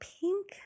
pink